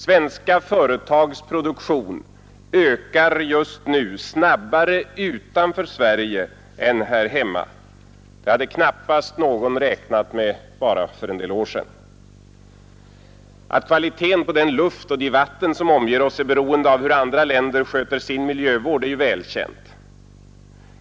Svenska företags produktion ökar just nu snabbare utanför Sverige än här hemma. Det hade knappast någon räknat med bara för några år sedan. Att kvaliteten på den luft och de vatten som omger oss är beroende av hur andra länder sköter sin miljövård är välkänt.